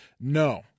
no